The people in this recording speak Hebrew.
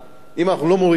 אם אנחנו לא מורידים אותו,